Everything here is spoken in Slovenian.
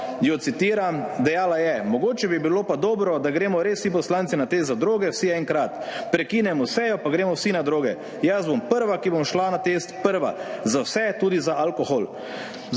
jo citiram, dejala je: »Mogoče bi bilo pa dobro, da gremo res vsi poslanci na test za droge, vsi enkrat. Prekinemo sejo pa gremo vsi na droge. Jaz bom prva, ki bom šla na test. Prva. Za vse, tudi za alkohol.«